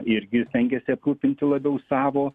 irgi stengiasi aprūpinti labiau savo